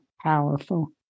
powerful